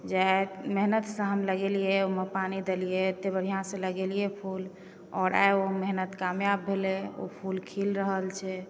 जे आइ मेहनतसँ हम लगेलिए ओहिमे पानी देलिए बढ़िआँसँ लगेलिए फूल आओर आइ ओ मेहनत कामयाब भेलै ओ फूल खिल रहल छै